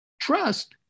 trust